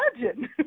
imagine